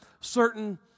certain